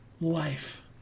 life